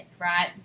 right